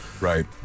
right